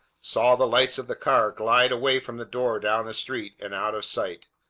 saw the lights of the car glide away from the door down the street and out of sight.